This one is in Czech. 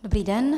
Dobrý den.